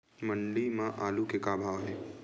मंडी म आलू के का भाव हे?